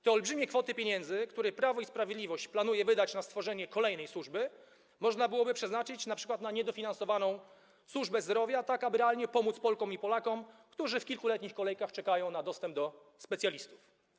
Te olbrzymie kwoty, które Prawo i Sprawiedliwość planuje wydać na stworzenie kolejnej służby, można byłoby przeznaczyć np. na niedofinansowaną służbę zdrowia, aby realnie pomóc Polkom i Polakom, którzy w kilkuletnich kolejkach czekają na dostęp, na wizyty u specjalistów.